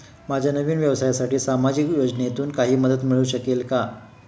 माझ्या नवीन व्यवसायासाठी सामाजिक योजनेतून काही मदत मिळू शकेल का?